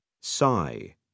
sigh